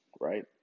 right